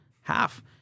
half